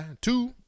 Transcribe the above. Two